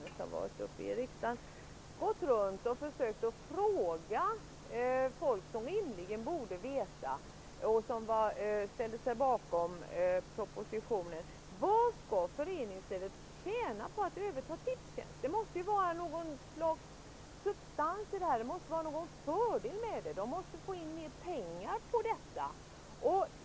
Herr talman! Under den tid som frågan om försäljning av Tipstjänst har behandlats i utskottet har jag gått runt och ställt denna fråga till folk som rimligen borde ha kunskap och som ställer sig bakom propositionen: Vad tjänar föreningslivet på att överta Tipstjänst? Det måste vara någon substans och något slags fördel med denna försäljning. Kommer man att få in mer pengar?